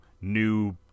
new